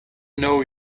know